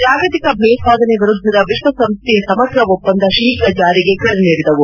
ಜಾಗತಿಕ ಭಯೋತ್ಪಾದನೆ ವಿರುದ್ದದ ವಿಶ್ವಸಂಸ್ಥೆಯ ಸಮಗ್ರ ಒಪ್ಪಂದ ಶೀಘ್ರ ಜಾರಿಗೆ ಕರೆ ನೀಡಿದವು